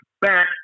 back